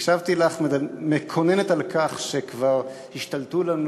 הקשבתי לך מקוננת על כך שכבר השתלטו לנו